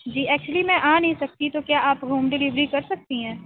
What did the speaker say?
جی actually میں آ نہیں سکتی تو کیا آپ ہوم ڈیلیوری کر سکتی ہیں